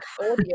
audio